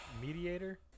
mediator